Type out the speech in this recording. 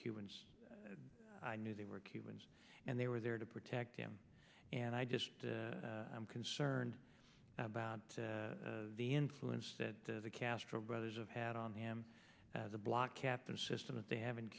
cubans i knew they were cubans and they were there to protect them and i just i'm concerned about the influence that the castro brothers have had on him as a block captain system that they have in